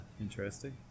interesting